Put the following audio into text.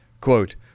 quote